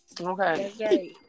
Okay